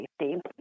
safety